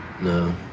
No